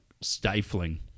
stifling